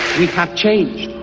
we have changed,